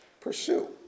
Pursue